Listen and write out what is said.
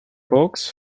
books